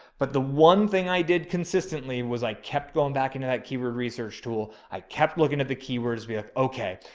but the one thing i did consistently was i kept going back into that keyword research tool. i kept looking at the keywords with, okay,